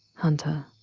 hunter.